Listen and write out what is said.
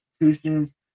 institutions